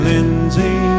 Lindsay